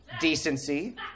decency